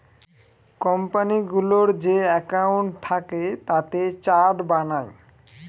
কোম্পানিগুলোর যে একাউন্ট থাকে তাতে চার্ট বানায়